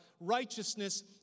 righteousness